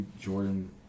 Jordan